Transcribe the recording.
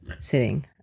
sitting